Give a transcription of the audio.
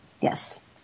Yes